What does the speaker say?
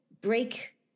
break